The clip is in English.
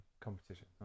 competition